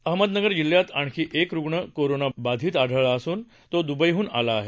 अहमदनगर जिल्ह्यात आणखी एक रुग्ण कोरोना बाधित आढळला असून तो दुबईहून आला आहे